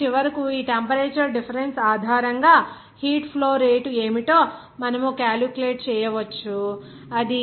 కాబట్టి చివరకు ఈ టెంపరేచర్ డిఫరెన్స్ ఆధారంగా హీట్ ఫ్లో రేటు ఏమిటో మనం క్యాలిక్యులేట్ చేయవచ్చు అది 0